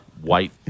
white